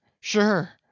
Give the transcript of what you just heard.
sure